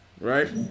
right